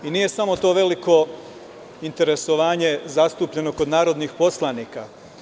I nije samo to veliko interesovanje zastupljeno kod narodnih poslanika.